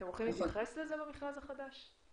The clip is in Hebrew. אתם הולכים להתייחס לזה במכרז החדש?